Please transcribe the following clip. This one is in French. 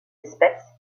espèce